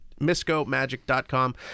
MiscoMagic.com